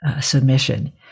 submission